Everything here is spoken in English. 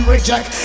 Reject